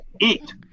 eat